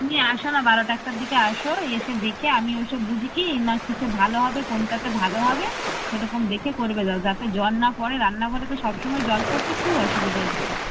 তুমি আসো না বারোটা একটার দিকে আসো এসে দেখে আমি ওইসব বুঝি কি না কীসে ভালো হবে কোনটাতে ভালো হবে সেরকম দেখে করগে যাও যাতে জল না পড়ে রান্নাঘরে তো সব সময় জল পড়ছে খুব অসুবিদে হচ্ছে